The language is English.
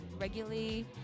regularly